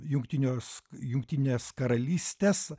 jungtiniuos jungtinės karalystės